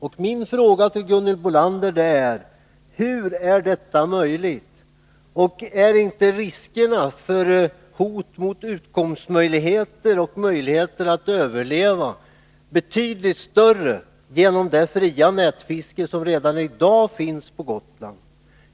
Min fråga till Gunhild Bolander är: Hur är detta möjligt? Är inte riskerna för och hotet mot utkomstmöjligheterna och möjligheter att överleva betydligt större genom det fria nätfisket som redan i dag finns på Gotland?